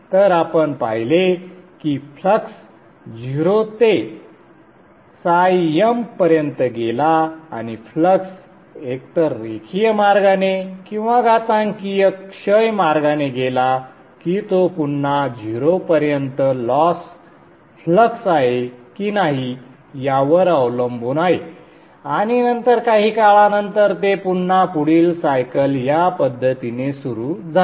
तर आपण पाहिले की फ्लक्स 0 ते m पर्यंत गेला आणि फ्लक्स एकतर रेखीय मार्गाने किंवा घातांकीय क्षय मार्गाने गेला की तो पुन्हा 0 पर्यंत लॉस फ्लक्स आहे की नाही यावर अवलंबून आहे आणि नंतर काही काळानंतर ते पुन्हा पुढील सायकल या पद्धतीने सुरू झाले